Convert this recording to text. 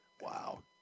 Wow